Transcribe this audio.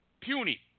puny